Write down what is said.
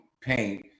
paint